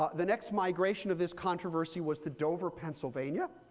ah the next migration of this controversy was to dover, pennsylvania,